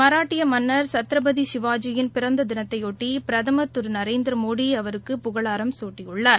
மராட்டியமன்னர் சத்ரபதிசிவாஜியின் பிறந்ததினத்தைபொட்டிபிரதமர் திருநரேந்திரமோடிஅவருக்கு புகழாரம் குட்டியுள்ளார்